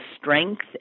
strength